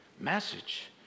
message